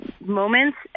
moments